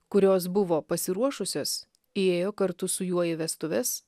kurios buvo pasiruošusios įėjo kartu su juo į vestuves